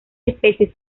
especies